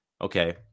okay